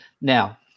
Now